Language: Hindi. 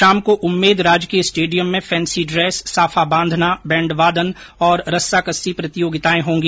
शाम को उम्मेद राजकीय स्टेडियम में फैन्सी ड्रेस साफा बांधना बैण्ड वादन और रस्सा कस्सी प्रतियोगिताएं होंगी